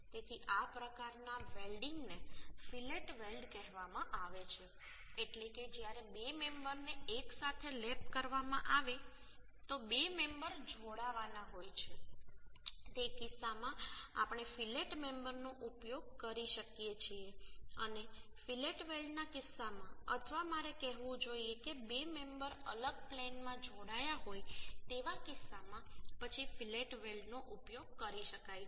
તેથી આ પ્રકારના વેલ્ડીંગને ફીલેટ વેલ્ડ કહેવામાં આવે છે એટલે કે જ્યારે 2 મેમ્બરને એકસાથે લેપ કરવામાં આવે છે 2 મેમ્બર જોડવાના હોય છે તે કિસ્સામાં આપણે ફીલેટ મેમ્બરનો ઉપયોગ કરી શકીએ છીએ અને ફીલેટ વેલ્ડના કિસ્સામાં અથવા મારે કહેવું જોઈએ કે 2 મેમ્બરઅલગ પ્લેનમાં જોડાયા હોય તેવા કિસ્સામાં પછી ફીલેટ વેલ્ડનો ઉપયોગ કરી શકાય છે